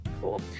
cool